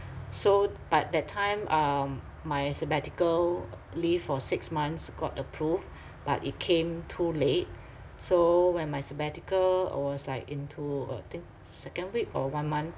so but that time um my sabbatical leave for six months got approved but it came too late so when my sabbatical uh was like into I think second week or one month